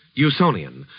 usonian,